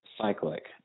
cyclic